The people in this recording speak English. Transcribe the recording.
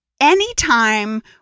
anytime